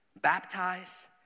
baptize